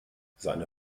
seine